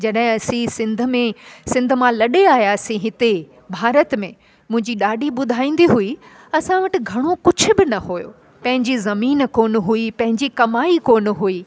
जॾहिं असीं सिंधु में सिंधु मां लॾे आयासीं हिते भारत में मुंहिंजी ॾाॾी ॿुधाईंदी हुई असां वटि घणो कुझु बि न हुयो पंहिंजी ज़मीन कोन हुई पंहिंजी कमाई कोन हुई